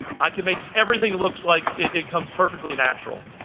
i can make everything looks like it comes perfectly natural.